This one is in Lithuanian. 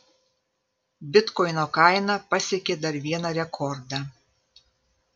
bitkoino kaina pasiekė dar vieną rekordą